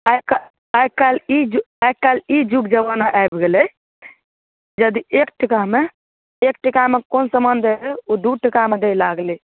आइकाल्हि आइकाल्हि ई जुग आइकाल्हि ई जुग जबाना आबि गेलै जदि एक टकामे एक टकामे कोनो सामान दै रहै ओ दूश टकामे दै लागलै